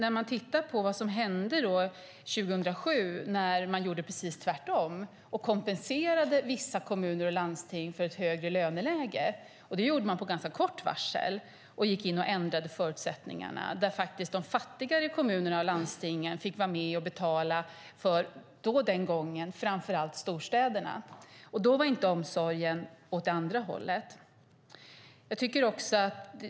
År 2007 gjorde man dock precis tvärtom och kompenserade vissa kommuner och landsting för ett högre löneläge, och det gjorde man med ganska kort varsel. Man gick in och ändrade förutsättningarna. De fattigare kommunerna och landstingen fick då vara med och betala för framför allt storstäderna. Då gick inte omsorgen åt andra hållet.